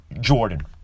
Jordan